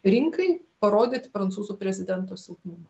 rinkai parodyt prancūzų prezidento silpnumą